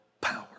power